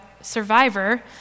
survivor